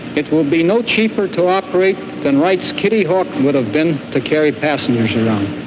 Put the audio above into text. it will be no cheaper to operate then write's kitty hawk would have been to carry passengers around.